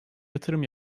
yatırım